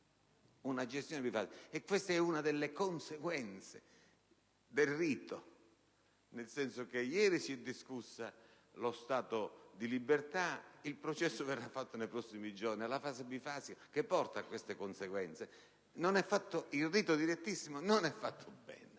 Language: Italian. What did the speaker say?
una gestione bifasica - e questa è una delle conseguenze del rito - nel senso che ieri si è discusso lo stato di libertà e il processo verrà fatto nei prossimi giorni. È la fase bifasica che porta a tali conseguenze. Il rito direttissimo non è fatto bene,